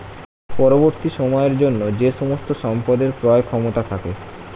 পরবর্তী সময়ের জন্য যে সমস্ত সম্পদের ক্রয় ক্ষমতা থাকে